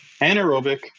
anaerobic